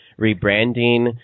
rebranding